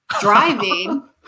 driving